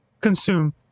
consume